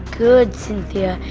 good cynthia,